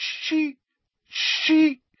she—she—